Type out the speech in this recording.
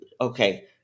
Okay